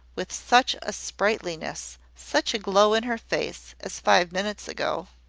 with such a sprightliness, such a glow in her face, as five minutes ago.